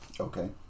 Okay